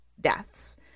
deaths